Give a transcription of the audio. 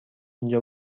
اینجا